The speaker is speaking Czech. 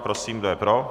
Prosím, kdo je pro?